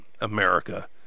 america